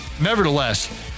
nevertheless